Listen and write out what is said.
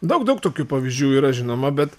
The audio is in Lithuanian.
daug daug tokių pavyzdžių yra žinoma bet